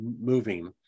moving